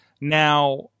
Now